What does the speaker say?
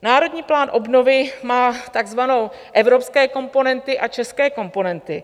Národní plán obnovy má takzvané evropské komponenty a české komponenty.